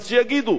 אז שיגידו.